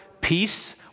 peace